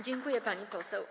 Dziękuję, pani poseł.